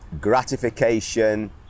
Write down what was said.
gratification